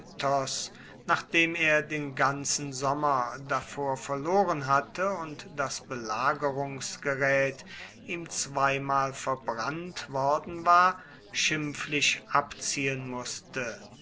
nachdem er den ganzen sommer davor verloren hatte und das belagerungsgerät ihm zweimal verbrannt worden war schimpflich abziehen mußte